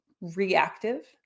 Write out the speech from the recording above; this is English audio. reactive